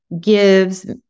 gives